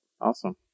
awesome